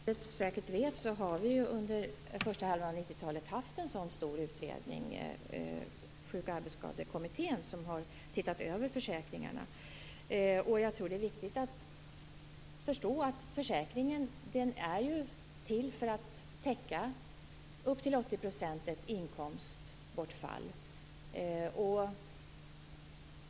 Fru talman! Som Ingrid Skeppstedt säkert vet har vi under första halvan av 90-talet haft en sådan stor utredning, Sjuk och arbetsskadekommittén, som har tittat över försäkringarna. Jag tror att det är viktigt att förstå att försäkringen är till för att upp till 80 % täcka ett inkomstbortfall.